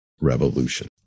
revolution